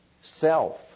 self